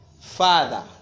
father